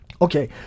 Okay